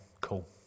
cool